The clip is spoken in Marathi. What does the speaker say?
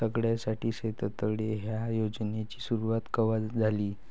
सगळ्याइसाठी शेततळे ह्या योजनेची सुरुवात कवा झाली?